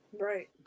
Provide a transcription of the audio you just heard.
right